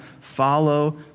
follow